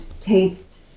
taste